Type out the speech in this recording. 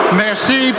merci